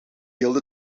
hielden